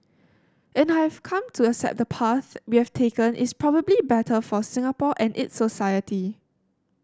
and I've come to accept the path we have taken is probably better for Singapore and its society